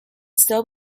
still